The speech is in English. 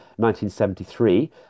1973